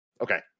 okay